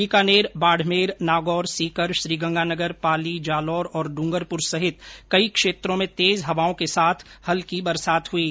बीकानेर बाडमेर नागौर सीकर श्रीगंगानगर पाली जालौर और डूंगरपुर सहित कई क्षेत्रों में तेज हवाओं के साथ हल्की वर्षा के समाचार हैं